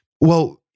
well-